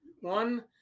one